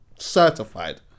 certified